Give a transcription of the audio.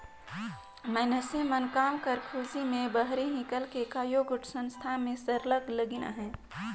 मइनसे मन काम कर खोझी में बाहिरे हिंकेल के कइयो गोट संस्था मन में सरलग लगिन अहें